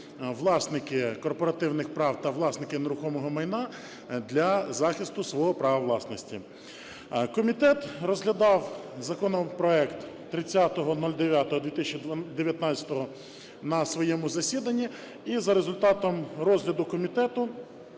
власники корпоративних прав та власники нерухомого майна для захисту свого права власності. Комітет розглядав законопроект 30.09.2019 року на своєму засіданні і за результатом розгляду комітету